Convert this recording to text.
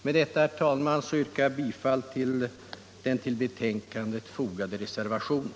Med detta, herr talman, yrkar jag bifall till den vid betänkandet fogade reservationen.